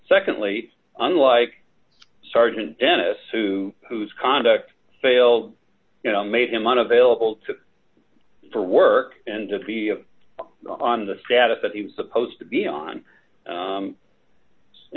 secondly unlike sergeant dennis who whose conduct failed you know made him unavailable to for work and to be on the status that he was supposed to be on